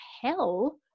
hell